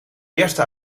eerste